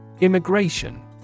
Immigration